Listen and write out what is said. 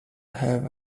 have